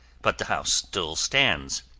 but the house still stands.